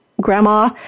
grandma